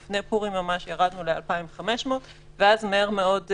לפני פורים ממש ירדנו ל-2,500 ואז הנגיף